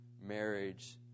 marriage